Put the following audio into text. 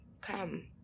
Come